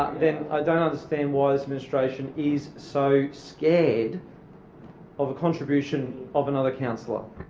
then i don't understand why this administration is so scared of a contribution of another councillor.